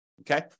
okay